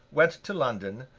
went to london,